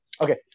Okay